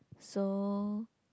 so